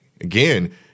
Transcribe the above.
Again